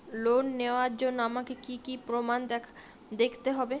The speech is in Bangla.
লোন নেওয়ার জন্য আমাকে কী কী প্রমাণ দেখতে হবে?